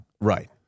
Right